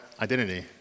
identity